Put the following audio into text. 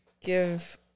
give